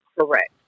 correct